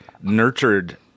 nurtured